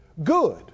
good